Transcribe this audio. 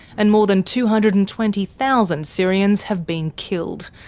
and more than two hundred and twenty thousand syrians have been killed,